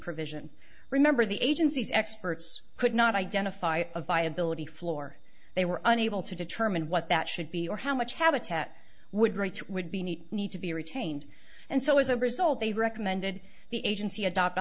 provision remember the agency's experts could not identify a viability floor they were unable to determine what that should be or how much habitat would reach would be need need to be retained and so as a result they recommended the agency adopt a